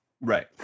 right